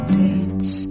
dates